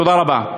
תודה רבה.